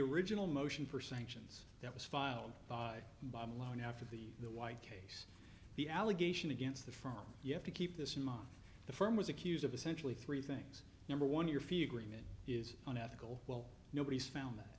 original motion for sanctions that was filed by bob alone after the the white case the allegation against the firm you have to keep this in mind the firm was accused of essentially three things number one your feet agreement is unethical well nobody's found